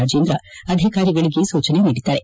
ರಾಜೇಂದ್ರ ಅಧಿಕಾರಿಗಳಿಗೆ ಸೂಚನೆ ನೀಡಿದ್ದಾರೆ